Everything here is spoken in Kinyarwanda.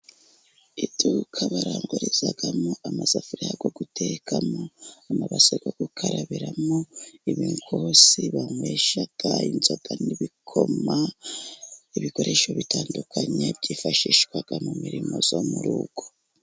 Iduka barangurizamo amasafuriya yo gutekamo, amabase yo gukarabimo, ibikosi banywesha inzoga n'ibikoma, ibikoresho bitandukanye byifashishwa mu mirimo yo mu rugo.